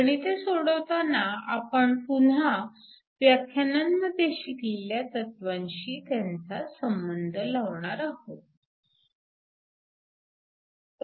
गणिते सोडवताना आपण पुन्हा व्याख्यानांमध्ये शिकलेल्या तत्वांशी त्यांचा संबंध लावणार आहोतच